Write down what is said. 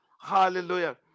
Hallelujah